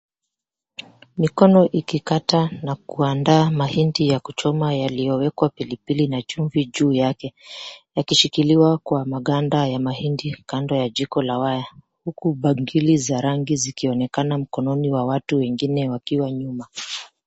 Mikono ikikata na kuanda mahindi ya kuchoma yaliyowekwa pilipili na chumvi juu yake, yakishikiliwa kwa maganda ya mahindi kando ya jiko la waya, huku bangili za rangi zikionekana mkononi wa watu wengine wakiwa nyuma.